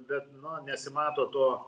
bet nu nesimato to